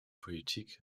politik